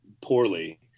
poorly